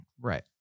Right